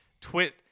twit